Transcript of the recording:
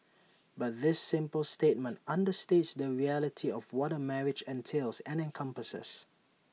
but this simple statement understates the reality of what A marriage entails and encompasses